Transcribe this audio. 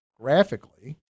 graphically